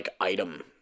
item